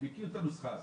אני מכיר את הנוסחה הזאת,